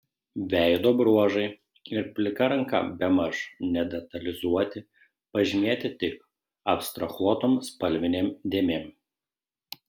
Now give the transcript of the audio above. veido bruožai ir plika ranka bemaž nedetalizuoti pažymėti tik abstrahuotom spalvinėm dėmėm